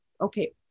okay